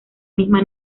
misma